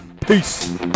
Peace